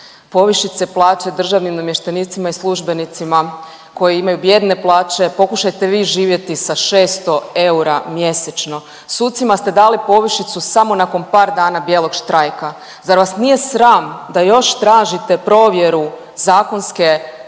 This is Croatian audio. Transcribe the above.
povišice plaća državnim namještenicima i službenicima koji imaju bijedne plaće. Pokušajte vi živjeti sa 600 eura mjesečno. Sucima ste dali povišicu samo nakon par dana bijelog štrajka. Zar vas nije sram da još tražite provjeru zakonske prihvatljivosti